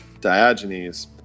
Diogenes